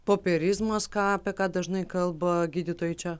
popierizmas ką apie ką dažnai kalba gydytojai čia